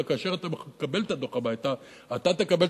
אלא שכאשר אתה תקבל את הדוח הביתה אתה תקבל